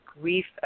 grief